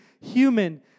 human